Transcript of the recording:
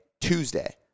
Tuesday